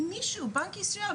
בנק ישראל,